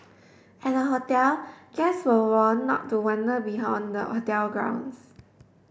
at the hotel guests were warn not to wander beyond the hotel grounds